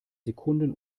sekunden